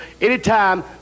Anytime